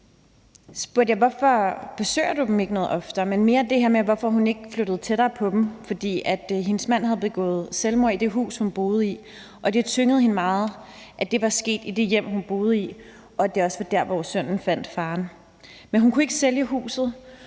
mere ind til, hvorfor hun ikke flyttede tættere på dem, for hendes mand havde begået selvmord i det hus, hun boede i, og det tyngede hende meget, at det var sket i det hjem, hun boede i, og at det også var der, hvor sønnen fandt faren. Men hun kunne ikke sælge huset,